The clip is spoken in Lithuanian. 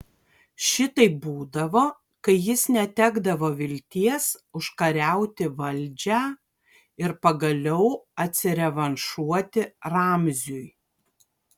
šitaip būdavo kai jis netekdavo vilties užkariauti valdžią ir pagaliau atsirevanšuoti ramziui